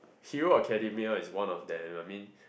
Hero-Academia is one of them I mean